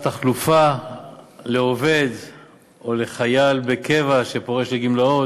חלופה לעובד או לחייל בקבע שפורש לגמלאות,